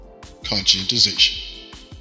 conscientization